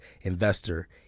investor